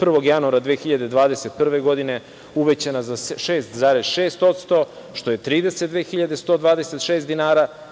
1. januara 2021. godine uvećana za 6,6%, što je 32.126 dinara,